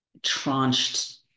tranched